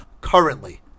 currently